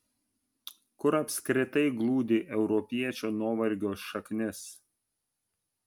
kur apskritai glūdi europiečių nuovargio šaknis